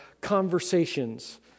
conversations